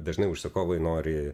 dažnai užsakovai nori